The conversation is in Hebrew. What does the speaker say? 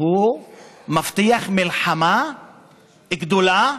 הוא מבטיח מלחמה גדולה